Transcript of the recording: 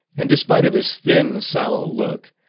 and despite of his thin, sallow look,